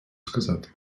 сказати